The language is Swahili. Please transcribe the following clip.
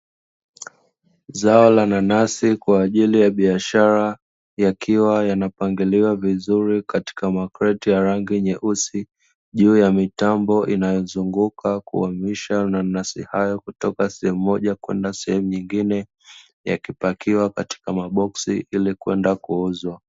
Zao la nanasi kwa ajili ya biashara, yakiwa yanapangiliwa vizuri katika makreti ya rangi nyeusi juu ya mitambo, inayozunguka kuhamisha mananasi hayo toka sehemu moja kwenda sehemu nyingine, yakipakiwa katika maboksi ili kwenda kuuzwa.